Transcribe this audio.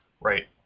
Right